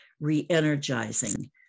re-energizing